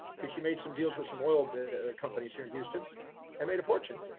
cause she made some deals with some oil companies here in houston and made a fortune.